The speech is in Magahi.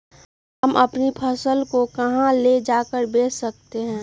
हम अपनी फसल को कहां ले जाकर बेच सकते हैं?